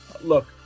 Look